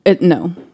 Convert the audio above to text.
no